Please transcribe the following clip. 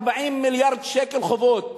40 מיליארד שקל חובות.